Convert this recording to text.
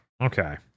Okay